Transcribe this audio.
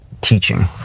teaching